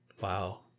Wow